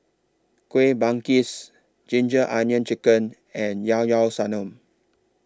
Kueh Manggis Ginger Onions Chicken and Llao Llao Sanum